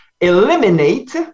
eliminate